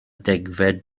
degfed